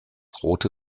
rote